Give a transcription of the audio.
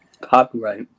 Copyright